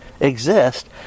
exist